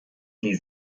die